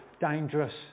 dangerous